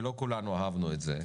ולא כולנו אהבנו את זה,